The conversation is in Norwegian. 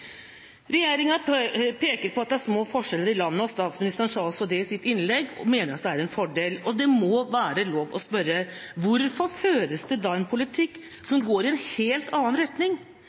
peker på at det er små forskjeller i landet, og statsministeren sa også det i sitt innlegg, og mener at det er en fordel. Det må da være lov å spørre: Hvorfor føres det da en politikk som går i en helt annen retning?